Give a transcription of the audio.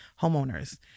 homeowners